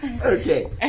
Okay